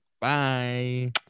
bye